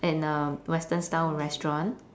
in a western style restaurant